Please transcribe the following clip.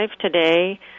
today